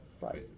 Right